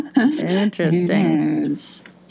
Interesting